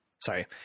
Sorry